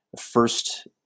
first